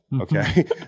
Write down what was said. Okay